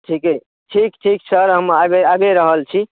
ठीके ठीक सर हम आबिए आबिए रहल छी